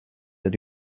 that